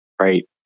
Right